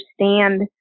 understand